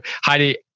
Heidi